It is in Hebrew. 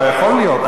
יכול להיות.